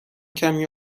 کمی